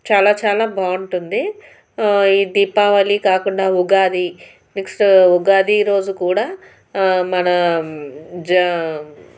చాలా చాలా బాగుంటుంది ఈ దీపావళి కాకుండా ఉగాది నెక్స్ట్ ఉగాది రోజు కూడా మన జా